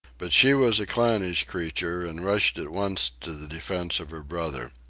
but she was a clannish creature, and rushed at once to the defence of her brother.